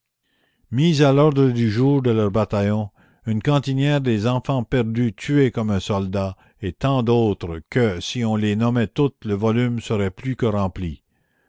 mises à l'ordre du jour de leurs bataillons une cantinière des enfants perdus tuée comme un soldat et tant d'autres que si on les nommait toutes le volume serait plus que rempli